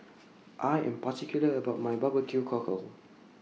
I Am particular about My Barbecue Cockle